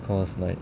because like